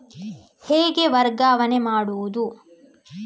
ಹೇಗೆ ವರ್ಗಾವಣೆ ಮಾಡುದು?